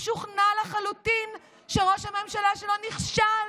משוכנע לחלוטין שראש הממשלה שלו נכשל,